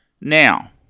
Now